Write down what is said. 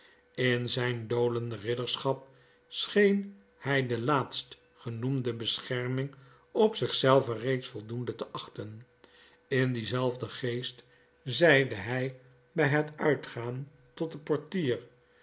in zyn dolende ridderschap scheen hy de laatst genoemde bescherming op zich zelven reeds voldoende te achten in dienzelfden geest zeide hy by het uitgaan tot den portier